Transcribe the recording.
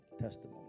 testimony